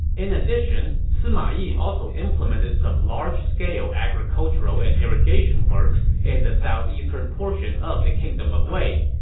in addition, sima yi also implemented some large-scale agricultural and irrigation works in the southeastern portion of the kingdom of wei.